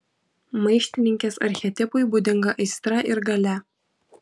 maištininkės archetipui būdinga aistra ir galia